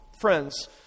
Friends